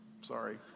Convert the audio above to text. Sorry